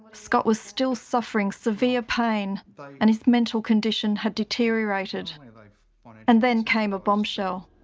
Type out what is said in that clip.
scott was still suffering severe pain but and his mental condition had deteriorated. i mean like and then came a bombshell.